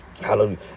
Hallelujah